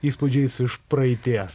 įspūdžiais iš praeities